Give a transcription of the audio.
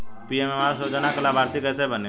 PM आवास योजना का लाभर्ती कैसे बनें?